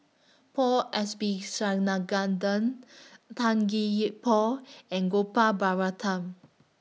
Paul Tan Gee Paw and Gopal Baratham